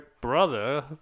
brother